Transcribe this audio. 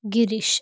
Girish